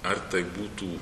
ar tai būtų